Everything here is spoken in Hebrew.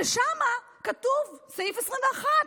ששם כתוב, בסעיף 21,